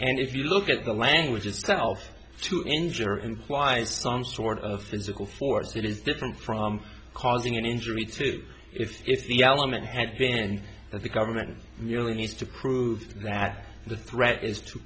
and if you look at the language itself to injure implies some sort of physical force it is different from causing an injury to if the element had been and the government merely needs to prove that the threat is to